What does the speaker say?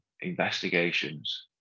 investigations